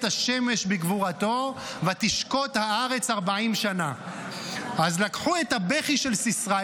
השמש בגבֻרתו ותשקֹט הארץ ארבעים שנה" לקחו את הבכי של סיסרא,